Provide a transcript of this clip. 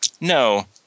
No